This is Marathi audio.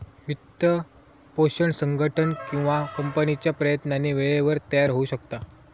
वित्तपोषण संघटन किंवा कंपनीच्या प्रयत्नांनी वेळेवर तयार होऊ शकता